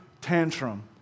tantrum